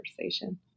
conversation